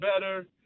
better